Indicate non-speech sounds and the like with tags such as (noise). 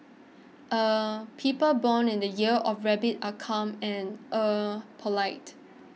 (hesitation) people born in the year of rabbit are calm and (hesitation) polite